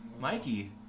mikey